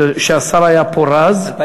כשהשר היה פורז,